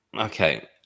Okay